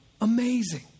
amazing